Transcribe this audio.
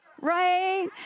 right